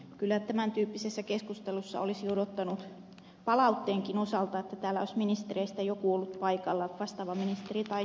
kyllä tämän tyyppisessä keskustelussa olisi odottanut palautteenkin osalta että täällä olisi ministereistä joku ollut paikalla vastaava ministeri tai joku muu